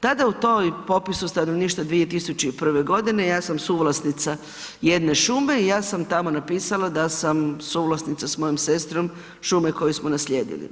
Tada u tom popisu stanovništva 2001. godine, ja sam suvlasnica jedne šume i ja sam tamo napisala da sam suvlasnica s mojom sestrom šume koje smo naslijedili.